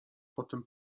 potem